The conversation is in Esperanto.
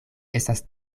estas